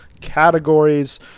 categories